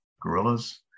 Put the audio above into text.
guerrillas